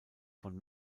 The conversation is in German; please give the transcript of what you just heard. von